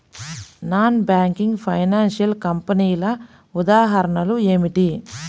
Non banking financial కంపెనీల ఉదాహరణలు ఏమిటి?